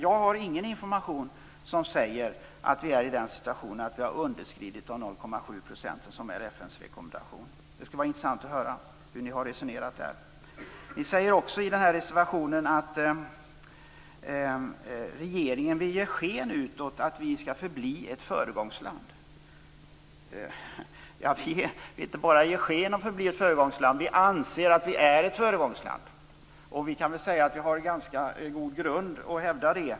Jag har ingen information som säger att vi är i den situationen att vi har underskridit de 0,7 % som är FN:s rekommendation. Det skulle vara intressant att höra hur ni har resonerat. Ni säger också i den här reservationen att regeringen utåt vill ge sken av att vi skall förbli ett föregångsland. Vi ger inte bara sken av att vi är ett föregångsland. Vi anser att vi är ett föregångsland. Och vi kan säga att vi har ganska god grund för att hävda det.